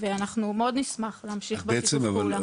אנחנו מאוד נשמח להמשיך בשיתוף פעולה.